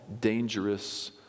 dangerous